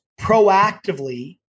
proactively